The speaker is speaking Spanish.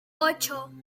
ocho